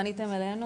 פניתם אלינו?